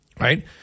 Right